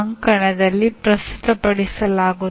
ಎಲ್ಲಾ ರೀತಿಯ ಸೂಚನಾ ವಿಧಾನವನ್ನು ಎಲ್ಲಾ ಪರಿಸ್ಥಿತಿಗಳಲ್ಲಿ ಬಳಸಬಾರದು